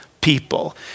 people